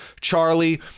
Charlie